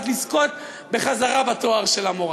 רק לזכות בחזרה בתואר של המורה.